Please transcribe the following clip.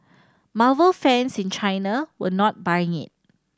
marvel fans in China were not buying it